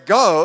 go